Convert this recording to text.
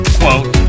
quote